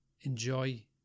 enjoy